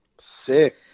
Sick